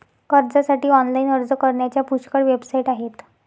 कर्जासाठी ऑनलाइन अर्ज करण्याच्या पुष्कळ वेबसाइट आहेत